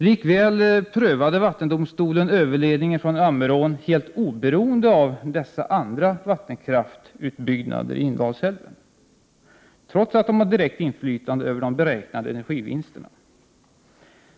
Likväl prövade vattendomstolen överledningen från Ammerån helt oberoende av dessa andra vattenkraftsutbyggnader i Indalsälven, trots att de har en direkt inverkan på de beräknade energivinsterna.